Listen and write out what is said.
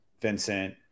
Vincent